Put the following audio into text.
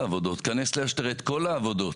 הבעיה העיקרית של אגף התנועה במחוז ש"י,